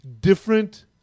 different